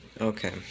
okay